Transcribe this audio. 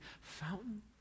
fountain